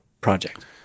project